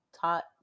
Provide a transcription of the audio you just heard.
taught